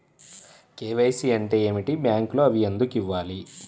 KYC అంటే ఏమిటి? బ్యాంకులో అవి ఎందుకు ఇవ్వాలి?